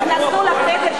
נכנסו לחדר,